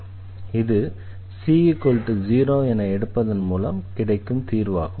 இது c 0 என எடுப்பதன் மூலம் கிடைக்கும் தீர்வாகும்